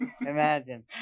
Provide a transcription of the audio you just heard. Imagine